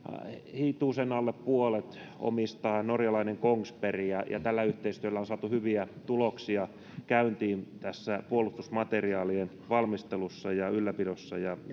hitusen alle puolet omistaa norjalainen kongsberg ja ja tällä yhteistyöllä on saatu hyviä tuloksia käyntiin puolustusmateriaalien valmistelussa ja ylläpidossa ja